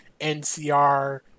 NCR